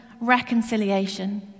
reconciliation